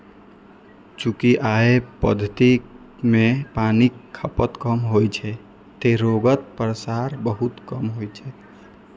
चूंकि अय पद्धति मे पानिक खपत कम होइ छै, तें रोगक प्रसार बहुत कम होइ छै